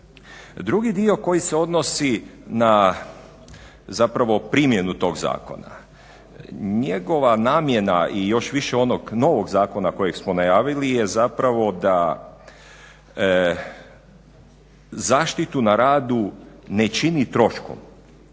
Drugi dio koji se odnosi na primjenu tog zakona. Njegova namjena i još više onog novog zakona kojeg smo najavili je da zaštitu na radu ne čini troškom